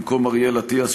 במקום אריאל אטיאס,